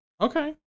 Okay